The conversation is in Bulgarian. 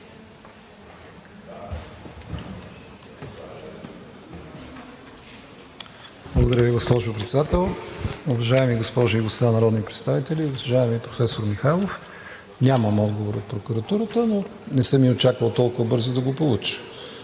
Благодаря Ви, госпожо Председател. Уважаеми госпожи и господа народни представители! Уважаеми професор Михайлов, нямам отговор от прокуратурата, но не съм и очаквал толкова бързо да го получа.